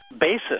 basis